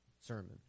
sermon